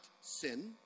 sin